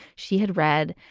she had read,